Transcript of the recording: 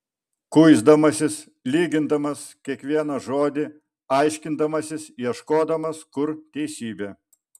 kuisdamasis lygindamas kiekvieną žodį aiškindamasis ieškodamas kur teisybė